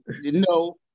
No